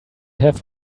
have